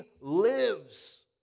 lives